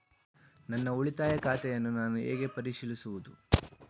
ನನ್ನ ಉಳಿತಾಯ ಖಾತೆಯನ್ನು ನಾನು ಹೇಗೆ ಪರಿಶೀಲಿಸುವುದು?